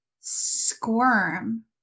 squirm